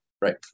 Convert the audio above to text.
right